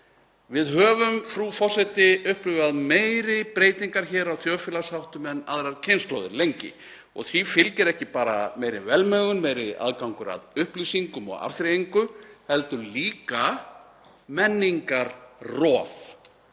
Við höfum, frú forseti, upplifað meiri breytingar hér á þjóðfélagsháttum en aðrar kynslóðir lengi og því fylgir ekki bara meiri velmegun, meiri aðgangur að upplýsingum og afþreyingu heldur líka menningarrof.